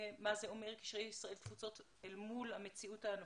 מה זה אומר קשרי ישראל-תפוצות אל מול המציאות הנוכחית.